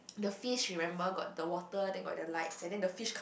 the fish remember got the water then got the light and then the fish come